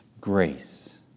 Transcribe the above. Grace